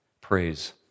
Praise